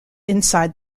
inside